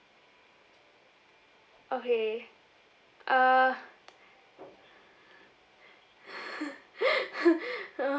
okay uh uh